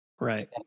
Right